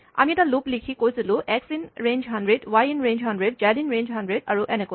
আমি এটা লুপ লিখি কৈছিলোঁ x in range ১০০ y in range ১০০ z in range ১০০ আৰু এনেকৈ